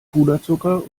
puderzucker